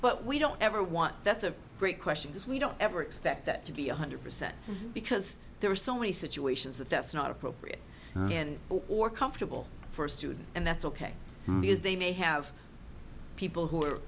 but we don't ever want that's a great question because we don't ever expect that to be one hundred percent because there are so many situations that that's not appropriate and or comfortable for a student and that's ok because they may have people who are